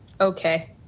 Okay